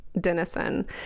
Denison